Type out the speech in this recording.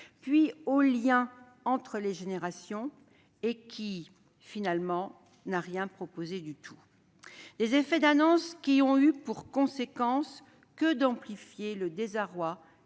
puis aux liens entre les générations, n'a finalement rien proposé du tout. Ces effets d'annonce n'ont eu pour conséquence que d'amplifier le désarroi